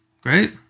Great